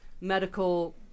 medical